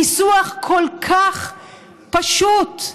ניסוח כל כך פשוט,